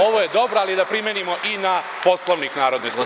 Ovo je dobro, ali da primenimo i na Poslovnik Narodne skupštine.